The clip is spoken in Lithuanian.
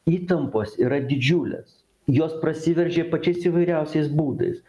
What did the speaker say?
įtampos yra didžiulės jos prasiveržė pačiais įvairiausiais būdais